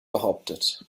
behauptet